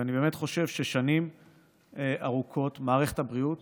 ואני באמת חושב ששנים ארוכות מערכת בריאות